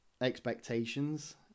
expectations